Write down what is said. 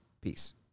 Peace